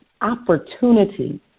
opportunity